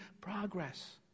progress